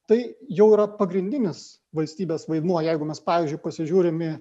tai jau yra pagrindinis valstybės vaidmuo jeigu mes pavyzdžiui pasižiūrim į